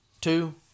two